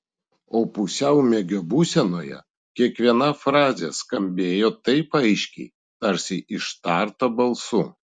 o pusiaumiegio būsenoje kiekviena frazė skambėjo taip aiškiai tarsi ištarta balsu